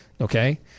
okay